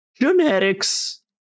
Genetics